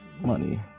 money